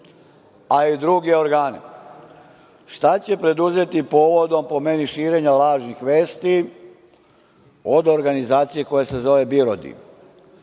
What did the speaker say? a i druge organe, šta će preduzeti povodom, po meni širenja lažnih vesti, od organizacije koja se zove BIRODI?